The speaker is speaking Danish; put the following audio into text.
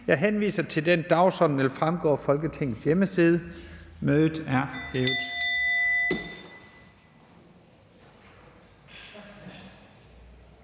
Jeg henviser til den dagsorden, der vil fremgå af Folketingets hjemmeside. Mødet er hævet.